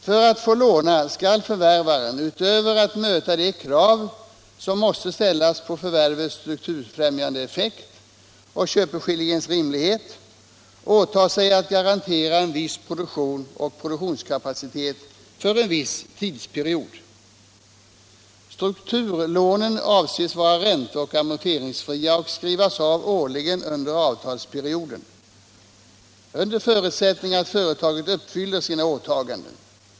Får att få låna skall förvärvaren — utöver att möta de krav som måste ställas på förvärvets strukturfrämjande effekt och köpeskillingens rimlighet — åta sig att garantera en viss produktion och produktionskapacitet för en viss tidsperiod. Strukturlånen avses vara ränteoch amorteringsfria och skrivas av årligen under avtalsperioden, under förutsättning att företaget uppfyller sina åtaganden.